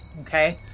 okay